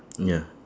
ya